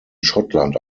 schottland